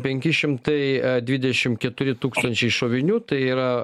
penki šimtai dvidešim keturi tūkstančiai šovinių tai yra